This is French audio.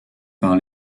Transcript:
par